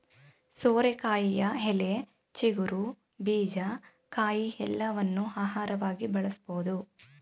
ಸೋರೆಕಾಯಿಯ ಎಲೆ, ಚಿಗುರು, ಬೀಜ, ಕಾಯಿ ಎಲ್ಲವನ್ನೂ ಆಹಾರವಾಗಿ ಬಳಸಬೋದು